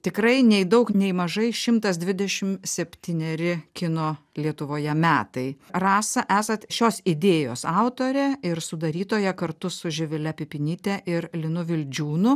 tikrai nei daug nei mažai šimtas dvidešim septyneri kino lietuvoje metai rasa esat šios idėjos autorė ir sudarytoja kartu su živile pipinyte ir linu vildžiūnu